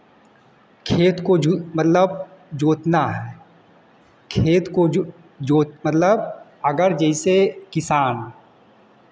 खेत को जु मतलब जोतना है खेत को जु जो मतलब अगर जैसे किसान